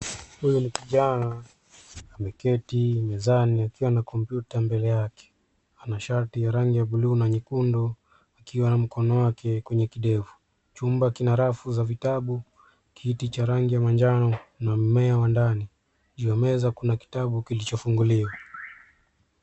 Huyu kijana ameketi mezani akiwa na kompyuta mbele yake. Ana shati ya rangi ya buluu na nyekundu akiweka mkono wake kwenye kidevu. Chumba kina rafu ya vitabu, kiti cha rangi ya manjano na mmea wa ndani. Juu ya meza kuna kitabu kilichofunguliwa.